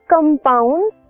compound